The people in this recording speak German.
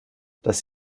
das